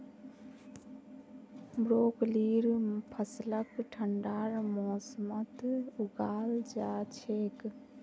ब्रोकलीर फसलक ठंडार मौसमत उगाल जा छेक